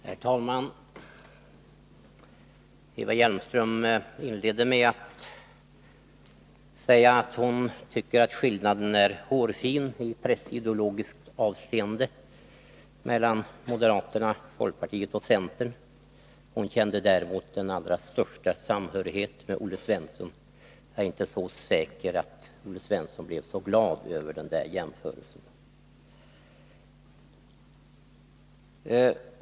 Herr talman! Eva Hjelmström inledde med att säga att hon tycker att skillnaden är hårfin i pressideologiskt avseende mellan moderaterna, folkpartiet och centern, och hon kände den allra största samhörighet med Olle Svensson. Jag är inte säker på att Olle Svensson blev så glad över den jämförelsen.